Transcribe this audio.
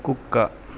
కుక్క